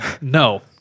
No